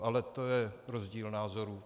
Ale to je rozdíl názorů.